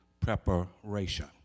preparation